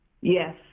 Yes